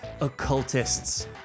occultists